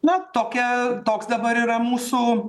na tokia toks dabar yra mūsų